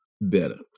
better